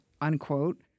unquote